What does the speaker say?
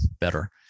better